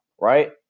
right